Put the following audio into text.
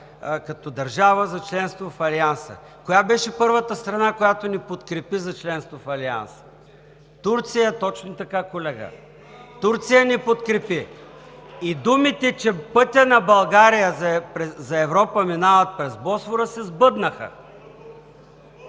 като държава за членство в Алианса. Коя беше първата страна, която ни подкрепи за членство в Алианса? (Реплики.) Турция! Точно така, колега! Турция ни подкрепи. (Шум и реплики.) И думите, че пътят на България за Европа минава през Босфора, се сбъднаха.